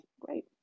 great